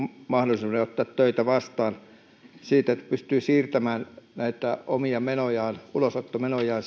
mahdollisuuden ottaa töitä vastaan kun pystyy siirtämään näitä omia ulosottomenojaan